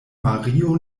mario